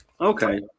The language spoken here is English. Okay